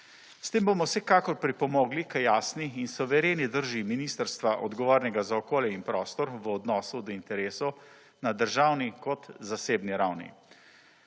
S tem bomo vsekakor pripomogli k jasni in suvereni drži ministrstva odgovornega za okolje in prostor v odnosu do interesov na državni kot zasebni ravni.